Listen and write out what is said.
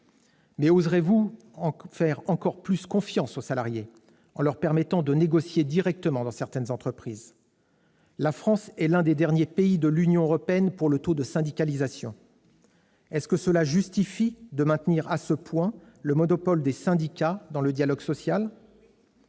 Mais oserez-vous faire encore plus confiance aux salariés, en leur permettant de négocier directement dans certaines entreprises ? La France est l'un des derniers pays de l'Union européenne pour le taux de syndicalisation. Maintenir à ce point le monopole des syndicats dans le dialogue social